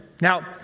Now